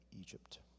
Egypt